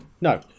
no